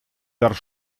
дер